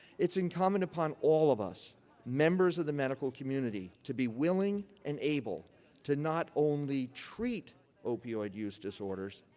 it's incumbent upon all of us members of the medical community to be willing and able to not only treat opioid use disorders,